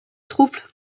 troupes